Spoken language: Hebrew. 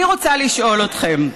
אני רוצה לשאול אתכם: